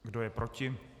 Kdo je proti?